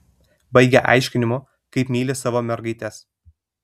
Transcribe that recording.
baigia aiškinimu kaip myli savo mergaites